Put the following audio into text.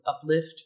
uplift